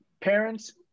parents